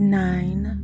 nine